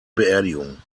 beerdigung